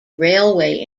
railway